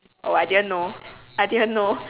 oh I didn't know I didn't know